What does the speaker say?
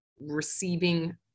receiving